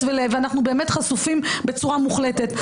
ואנחנו באמת חשופים בצורה מוחלטת.